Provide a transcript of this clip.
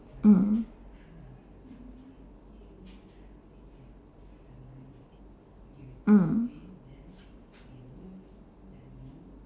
mm mm